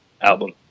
album